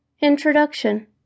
INTRODUCTION